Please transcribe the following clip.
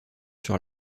sur